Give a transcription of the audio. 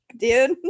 dude